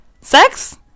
sex